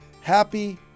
Happy